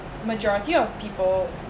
majority of people